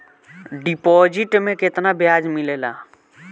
Deposit मे केतना बयाज मिलेला?